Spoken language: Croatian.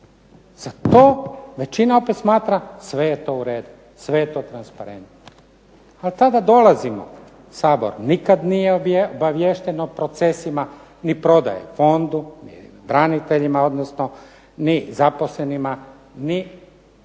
Za to većina opet smatra sve je to u redu, sve je to transparentno. A tada dolazimo, Sabor nikad nije obaviješten o procesima ni prodaje fondu ni braniteljima odnosno ni zaposlenima ni